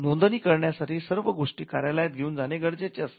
नोंदणी करण्यासाठी सर्व गोष्टी कार्यालयात घेऊन जाणे गरजेचे असते